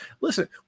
Listen